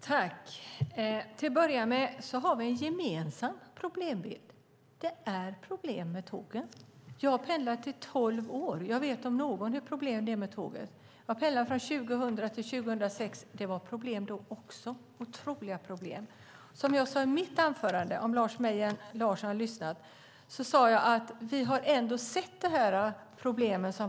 Fru talman! Till att börja med har vi en gemensam problembild. Det är problem med tågen. Jag har pendlat i tolv år, och jag om någon vet vilka problem det är med tågen. Jag har pendlat sedan 2000, och det var problem då också, otroliga problem. Som jag sade i mitt anförande, om Lars Mejern Larsson lyssnade, har vi ändå sett problemen.